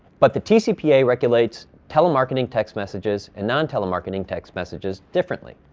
but the tcpa regulates telemarketing text messages and non-telemarketing text messages differently.